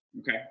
Okay